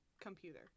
computer